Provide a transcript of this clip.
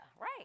Right